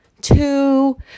two